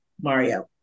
Mario